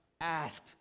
asked